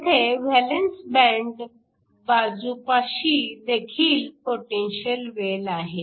येथे valence band बाजूपाशी देखील पोटेन्शिअल वेल आहे